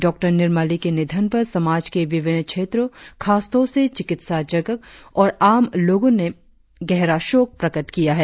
डॉ निरमली के निधन पर समाज के विभिन्न क्षेत्रों खासतौर से चिकित्सा जगत और आम लोगों ने गहरा शोक प्रकट किया है